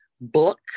book